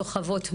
סוחבות מים,